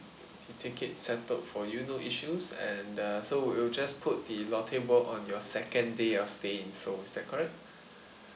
ticket settled for you no issues and uh so we'll just put the lotte world on your second day of stay in seoul is that correct